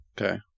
Okay